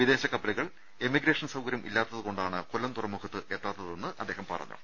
വിദേശ കപ്പലുകൾ എമിഗ്രേഷൻ സൌകര്യം ഇല്ലാ ത്തതുകൊണ്ടാണ് കൊല്ലം തുറമുഖത്ത് എത്താത്ത തെന്ന് അദ്ദേഹം പറഞ്ഞു